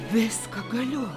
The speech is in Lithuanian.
viską galiu